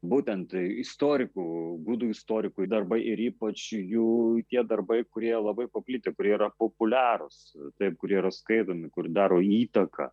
būtent istorikų gudų istorikų darbai ir ypač jų tie darbai kurie labai paplitę kurie yra populiarūs taip kurie yra skaitomi kur daro įtaką